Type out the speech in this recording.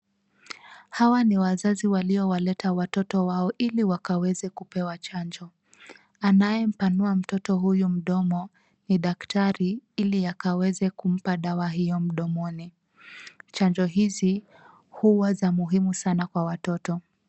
Hawa ni wazazi waliowaleta watoto wao ili wakaweze kupewa chanjo. Anayempanua mtoto huyu mdomo ni daktari ili akaweze kumpa dawa hiyo mdomoni. Chanjo hizi huwa za muhimu sana kwa watoto.